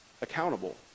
accountable